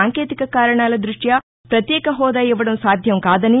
సాంకేతిక కారణాల దృష్యా ప్రత్యేక హెూదా ఇవ్వడం సాధ్యం కాదని